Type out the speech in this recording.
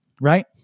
Right